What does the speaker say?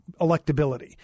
electability